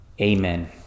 Amen